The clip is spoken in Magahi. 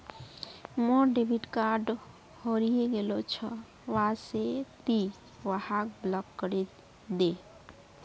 मोर डेबिट कार्ड हरइ गेल छ वा से ति वहाक ब्लॉक करे दे